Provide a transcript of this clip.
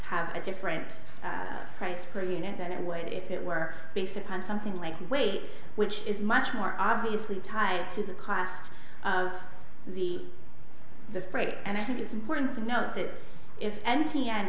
have a different price per unit than it would if it were based upon something like weight which is much more obviously tied to the cost of the the freight and i think it's important to note that if